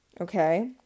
okay